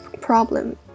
problem